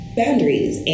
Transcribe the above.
boundaries